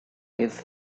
his